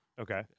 Okay